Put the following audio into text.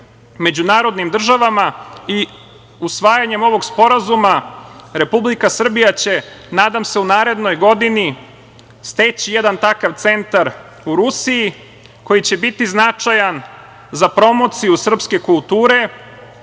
međunarodnim državama i usvajanjem ovog sporazuma, Republika Srbija će u narednoj godini, nadam se, steći jedan takav centar u Rusiji, koji će biti značajan za promociju srpske kulture,